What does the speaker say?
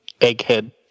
egghead